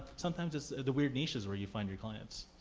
sometimes it's the weird niches where you find your clients.